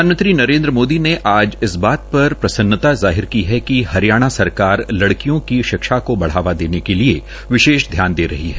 प्रधानमंत्री नरेन्द्र मोदी ने आज इस बात पर प्रसन्नता जाहिर की है कि हरियाणा सरकार लड़कियों की शिक्षा को बढ़ावा देने के लिए विशेष ध्यान दे रही है